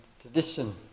tradition